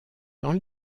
temps